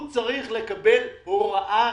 הוא צריך לקבל הוראה.